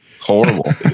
Horrible